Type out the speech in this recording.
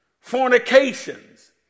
fornications